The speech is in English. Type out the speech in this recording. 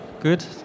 Good